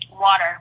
water